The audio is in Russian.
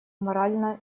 морально